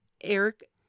Eric